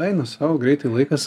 eina sau greitai laikas